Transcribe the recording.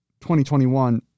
2021